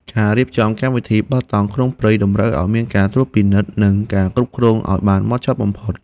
ការរៀបចំកម្មវិធីបោះតង់ក្នុងព្រៃតម្រូវឱ្យមានការត្រួតពិនិត្យ និងការគ្រប់គ្រងឱ្យបានហ្មត់ចត់បំផុត។